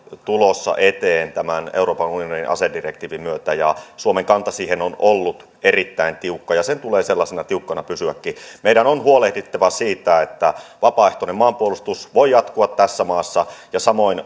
tulossa eteen tämän euroopan unionin asedirektiivin myötä ja suomen kanta siihen on ollut erittäin tiukka ja sen tulee sellaisena tiukkana pysyäkin meidän on on huolehdittava siitä että vapaaehtoinen maanpuolustus voi jatkua tässä maassa ja samoin